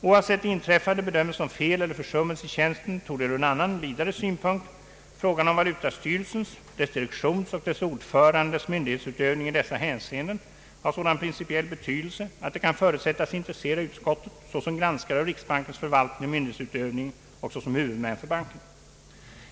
Oavsett det inträffade bedömes som fel eller försummelse i tjänsten torde ur en annan, vidare synpunkt frågan om valutastyrelsens, dess direktions och dess ordförandes myndighetsutövning i dessa hänseenden ha sådan principiell betydelse att det kan förutsättas intressera utskottet såsom granskare av riksbankens förvaltning och myndighetsutövning och såsom huvudmän för banken.